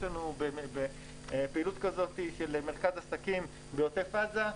יש לנו פעילות כזאת של מרכז עסקים בעוטף עזה,